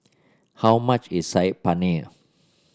how much is Saag Paneer